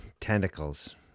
tentacles